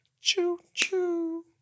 Choo-choo